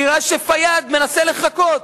נראה שפיאד מנסה לחקות,